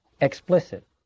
explicit